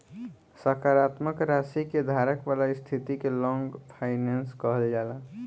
सकारात्मक राशि के धारक वाला स्थिति के लॉन्ग फाइनेंस कहल जाला